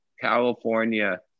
California